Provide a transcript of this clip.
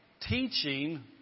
Teaching